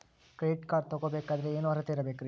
Credit card ತೊಗೋ ಬೇಕಾದರೆ ಏನು ಅರ್ಹತೆ ಇರಬೇಕ್ರಿ?